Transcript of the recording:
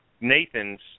Nathan's